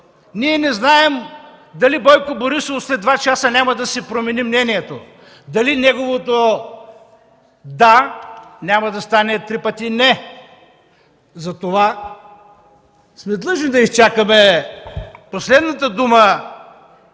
ние не знаем дали Бойко Борисов след 2 часа няма да си промени мнението, дали неговото „да” няма да стане три пъти „не”. Затова сме длъжни да изчакаме последната дума